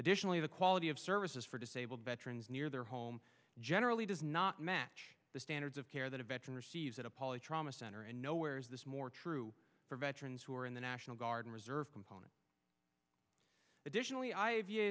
additionally the quality of services for disabled veterans near their home generally does not match the standards of care that a veteran receives at a poly trauma center and nowhere is this more true for veterans who are in the national guard and reserve component additionally i v